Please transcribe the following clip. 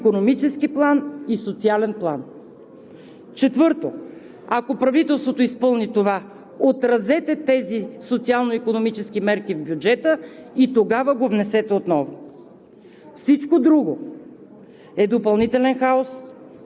Здравният план според нас трябва да върви с икономически план и социален план. Четвърто, ако правителството изпълни това, отразете тези социално-икономически мерки в бюджета и тогава го внесете отново.